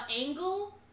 angle